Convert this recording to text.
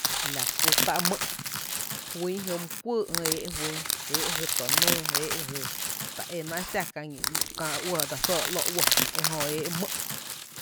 La kú tá’ mý’ juýn jy mý kuýý ÿÿ’ éé’ juýn, éé’ jy tonúú, éé’ jy ta é náá’ xá kää kää uɇ, kää dse só dse ¿ló uɇ, ejö éé’ mý’.